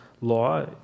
law